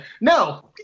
No